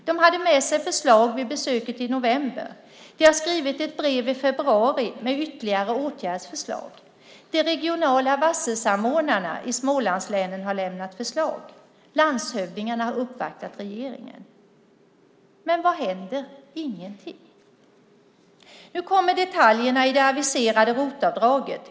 De hade med sig förslag vid besöket i november. De har skrivit ett brev i februari med ytterligare åtgärdsförslag. De regionala varselsamordnarna i Smålandslänen har lämnat förslag. Landshövdingarna har uppvaktat regeringen. Men vad händer? Ingenting! Nu kommer detaljerna i det aviserade ROT-avdraget.